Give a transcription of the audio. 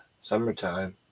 summertime